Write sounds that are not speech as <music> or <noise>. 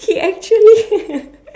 he actually <laughs>